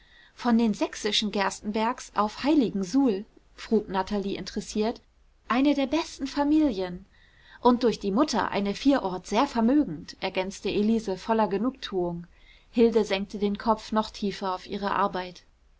von den sächsischen gerstenbergs auf heiligensuhl frug natalie interessiert eine der besten familien und durch die mutter eine vierort sehr vermögend ergänzte elise voller genugtuung hilde senkte den kopf noch tiefer auf ihre arbeit